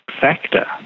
factor